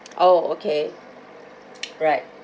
oh okay right